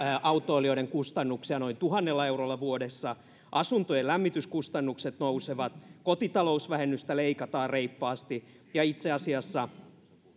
autoilijoiden kustannuksia noin tuhannella eurolla vuodessa asuntojen lämmityskustannukset nousevat kotitalousvähennystä leikataan reippaasti ja itse asiassa